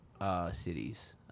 cities